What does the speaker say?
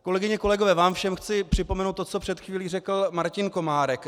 Kolegyně a kolegové, vám všem chci připomenout to, co před chvílí řekl Martin Komárek.